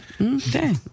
Okay